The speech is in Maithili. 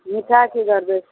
मिठाइ की दर दै